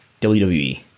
WWE